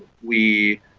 we,